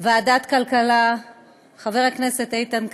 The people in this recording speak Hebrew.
ועדת הכלכלה חבר הכנסת איתן כבל,